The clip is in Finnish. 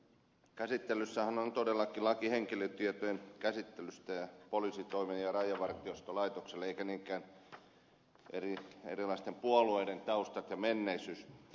käsittelyssähän on todellakin laki henkilötietojen käsittelystä poliisitoimessa ja rajavartiolaitoksessa annetun lain muuttamisesta eikä niinkään erilaisten puolueiden taustat ja menneisyys